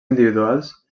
individuals